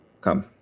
Come